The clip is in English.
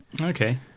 Okay